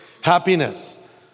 Happiness